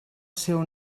seu